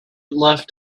left